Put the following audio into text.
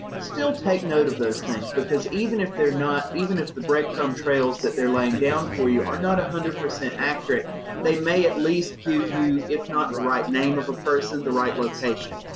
still take note of those things, because even if they're not, even if the bread crumb trails that they're laying down for you are not one hundred percent accurate, they may at least give you, if not the right name of a person, the right location.